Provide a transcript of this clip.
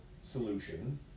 solution